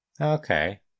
Okay